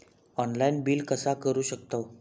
Online bill कसा करु शकतव?